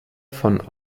von